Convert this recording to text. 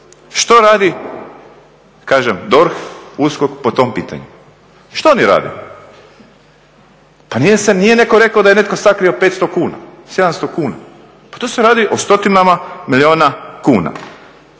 Što radi, kažem DORH, USKOK po tom pitanju? Što oni rade? Pa nije netko rekao da je netko sakrio 500 kuna, 700 kuna, pa tu se radi o stotinama milijuna kuna.